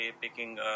picking